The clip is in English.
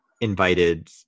invited